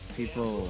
people